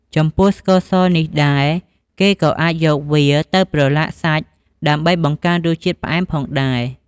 ចំពោះស្ករសនេះដែរ គេក៏អាចយកវាទៅប្រឡាក់សាច់ដើម្បីបង្កើនរសជាតិផ្អែមផងដែរ។